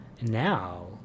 Now